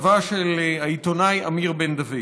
בכתבה של העיתונאי אמיר בן-דוד.